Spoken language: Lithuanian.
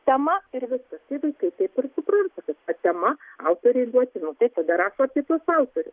tema ir viskas tai vaikai taip ir supranta visa tema autoriai duoti nu tai tada rašo apie tuos autorius